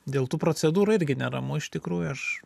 dėl tų procedūrų irgi neramu iš tikrųjų aš